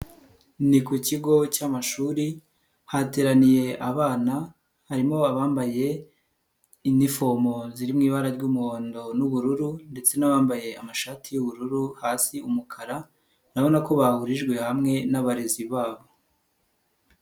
Ni ku kigo cy'amashuri hateraniye abana harimo abambaye inifomo ziri mu ibara ry'umuhondo n'ubururu ndetse n'abambaye amashati y'ubururu hasi umukara urabona ko bahurijwe hamwe n'abarezi babo.